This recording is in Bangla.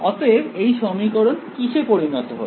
অতএব এই সমীকরণ কিসে পরিণত হল